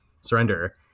surrender